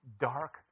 dark